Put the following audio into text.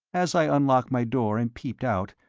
as i unlocked my door and peeped out,